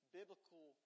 biblical